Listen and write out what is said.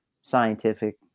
scientific